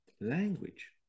language